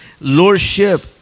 Lordship